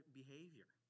behavior